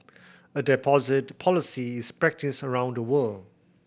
a deposit policy is practised around the world